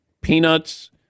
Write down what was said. peanuts